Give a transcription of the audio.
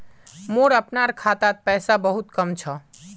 मोर अपनार खातात पैसा बहुत कम छ